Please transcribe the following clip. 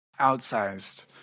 outsized